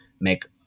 make